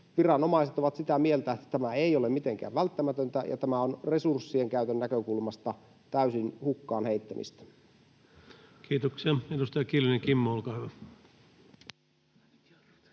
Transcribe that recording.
viranomaiset ovat sitä mieltä, että tämä ei ole mitenkään välttämätöntä, ja tämä on resurssien käytön näkökulmasta täysin hukkaan heittämistä. [Speech 98] Speaker: Ensimmäinen varapuhemies